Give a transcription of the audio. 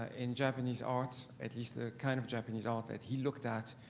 ah in japanese art, at least the kind of japanese art that he looked at,